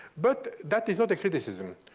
but that is not a criticism.